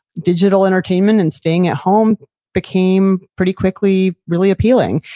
digital entertainment and staying at home became pretty quickly really appealing.